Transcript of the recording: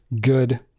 Good